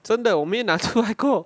真的我没拿出来过